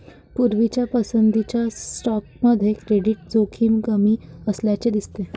पूर्वीच्या पसंतीच्या स्टॉकमध्ये क्रेडिट जोखीम कमी असल्याचे दिसते